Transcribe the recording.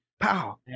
Pow